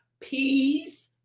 Peace